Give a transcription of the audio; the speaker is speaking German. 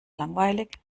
langweilig